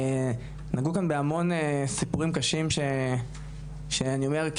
נגעו כאן בהמון סיפורים קשים שאני אומר,